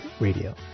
Radio